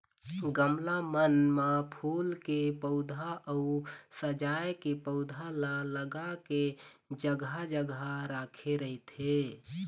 गमला मन म फूल के पउधा अउ सजाय के पउधा ल लगा के जघा जघा राखे रहिथे